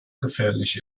gefährlich